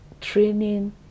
training